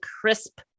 crisp